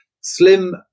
Slim